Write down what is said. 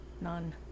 None